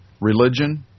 Religion